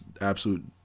absolute